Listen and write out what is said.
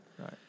Right